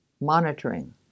monitoring